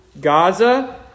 Gaza